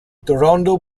toronto